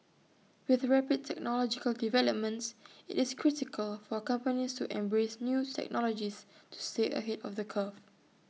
with rapid technological developments IT is critical for companies to embrace new technologies to stay ahead of the curve